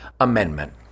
amendment